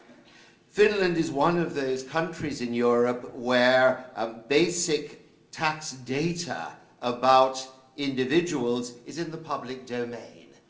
finland is one of those countries in europe where um basic tax data about individuals is in the public domain.